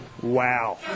Wow